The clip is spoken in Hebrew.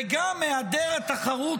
וגם היעדר התחרות,